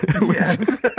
Yes